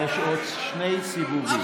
יש עוד שני סיבובים.